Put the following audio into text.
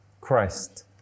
Christ